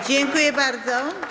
Dziękuję bardzo.